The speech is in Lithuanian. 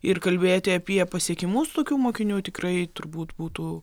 ir kalbėti apie pasiekimus tokių mokinių tikrai turbūt būtų